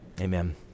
amen